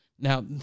Now